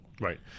Right